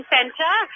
Centre